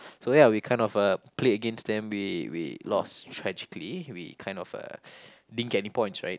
so ya we kind of uh played against them we we lost tragically we kind of uh didn't get any points right